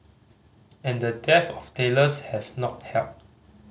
and the dearth of tailors has not helped